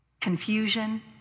confusion